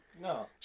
No